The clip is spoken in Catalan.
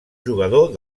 jugador